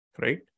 Right